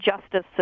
justice